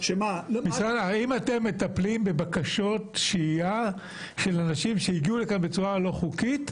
האם אתם מטפלים בבקשות שהייה של אנשים שהגיעו לכאן בצורה לא חוקית,